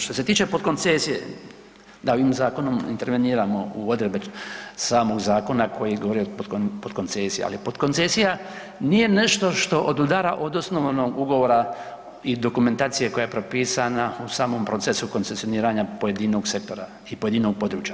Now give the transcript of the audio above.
Što se tiče potkoncesije da ovim zakonom interveniramo u odredbe samog zakona koji govori o potkoncesiji, ali potkoncesija nije nešto što odudara od osnovnog ugovora i dokumentacije koja je propisana u samom procesu koncesioniranja pojedinog sektora i pojedinog područja.